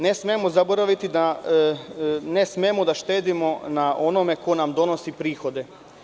Ne smemo zaboraviti da ne smemo da štedimo na onome ko nam donosi prihode.